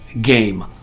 game